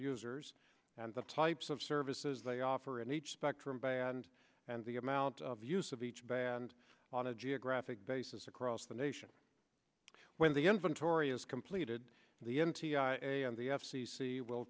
users and the types of services they offer in each spectrum by and and the amount of use of each band on a geographic basis across the nation when the inventory is completed the n t i a and the f c c will